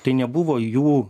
tai nebuvo jų